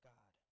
God